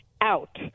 out